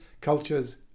cultures